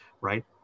right